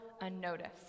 unnoticed